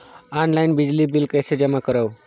Online बिजली bill कइसे जमा करव?